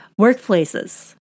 workplaces